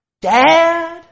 Dad